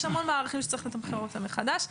יש המון מערכים שצריך לתמחר אותם מחדש.